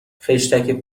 خشتک